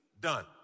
done